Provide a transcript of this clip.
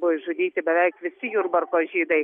buvo išžudyti beveik visi jurbarko žydai